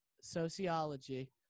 sociology